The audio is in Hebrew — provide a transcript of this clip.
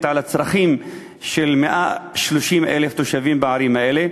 על הצרכים של 130,000 תושבים בערים האלה,